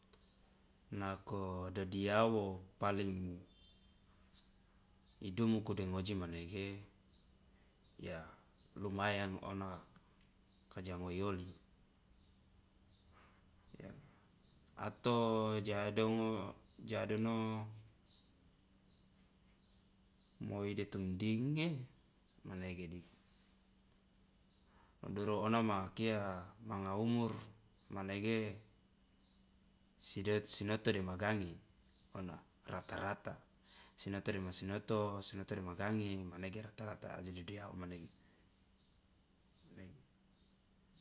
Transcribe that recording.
Nako dodiawo paling idumuku de ngoji manege ya lumayan ona kajo ngoe oli ato ja adono moi de tumding e sokomanege dika lo duru ona ma kia manga umur manege sinoto dema gange ona rata rata sinoto dema sinoto sinoto dema gange manege rata rata aje dodiawo manege manege.